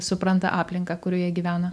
supranta aplinką kurioje gyvena